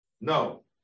No